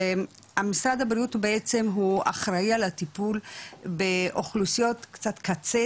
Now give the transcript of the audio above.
משרד הבריאות הוא בעצם אחראי על הטיפול באוכלוסיות קצת קצה,